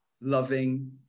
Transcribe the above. loving